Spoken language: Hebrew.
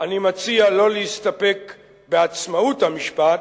"אני מציע לא להסתפק ב'עצמאות המשפט',